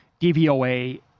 DVOA